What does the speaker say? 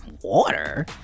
water